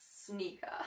sneaker